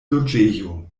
loĝejo